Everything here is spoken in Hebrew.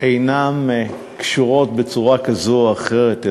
אינן קשורות בצורה כזאת או אחרת,